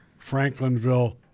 Franklinville